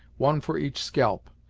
one for each scalp.